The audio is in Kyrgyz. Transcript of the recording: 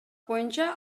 боюнча